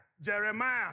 Jeremiah